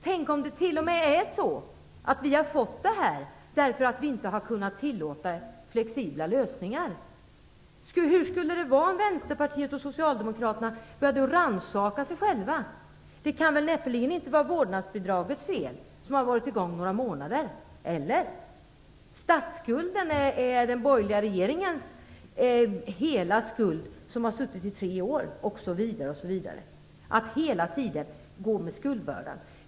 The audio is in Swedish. Tänk om det har blivit så därför att vi inte har kunnat tillåta flexibla lösningar? Hur skulle det vara om vänsterpartisterna och socialdemokraterna började rannsaka sig själva. Det kan väl näppeligen inte vara vårdnadsbidragets fel, eftersom det bara har varit i gång under några månader, eller? Den borgerliga regeringen som har suttit i tre år anses bära hela skulden för statsskulden, osv.